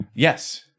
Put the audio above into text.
Yes